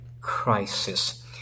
crisis